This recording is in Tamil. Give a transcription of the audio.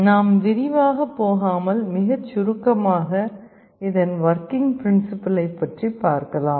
நாம் விரிவாகப் போகாமல் மிகச் சுருக்கமாக இதன் வொர்கிங் பிரின்ஸிபிளை பற்றி பார்க்கலாம்